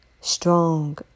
strong